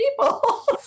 people